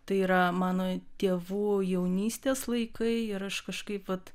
tai yra mano tėvų jaunystės laikai ir aš kažkaip vat